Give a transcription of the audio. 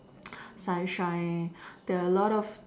Sunshine there a lot of